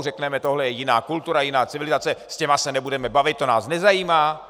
Řekneme tohle je jiná kultura, jiná civilizace, s těmi se nebudeme bavit, to nás nezajímá?